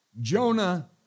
Jonah